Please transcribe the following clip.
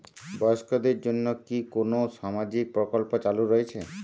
বয়স্কদের জন্য কি কোন সামাজিক প্রকল্প চালু রয়েছে?